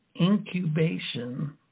Incubation